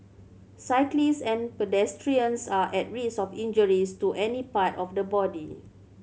cyclists and pedestrians are at risk of injuries to any part of the body